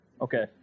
Okay